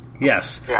Yes